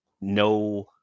no